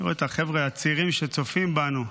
אני רואה את החבר'ה הצעירים שצופים בנו: